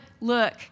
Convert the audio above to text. look